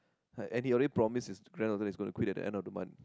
and he already promise his granddaughter he's going to quit at the end of the month